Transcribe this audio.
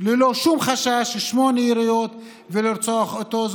ללא שום חשש, שמונה יריות, ולרצוח אותו.